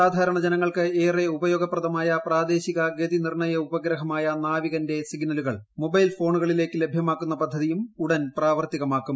സാധാരണ ജനങ്ങൾക്ക് ഏറെ ഉപയോഗപ്രദമായ പ്രാദേശിക ഗതിനിർണ്ണയ ഉപഗ്രഹമായ നാവികന്റെസിഗ്നലുകൾ മൊബൈൽഫോണുകളിലേക്ക് ലഭ്യമാക്കുന്ന പദ്ധതിയും ഉടൻ പ്രാവർത്തികമാക്കും